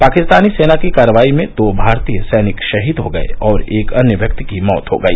पाकिस्तानी सेना की कार्रवाई में दो भारतीय सैनिक शहीद हो गए और एक अन्य व्यक्ति की मौत हो गई